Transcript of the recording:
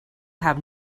have